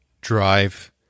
drive